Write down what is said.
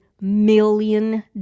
million